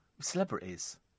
Celebrities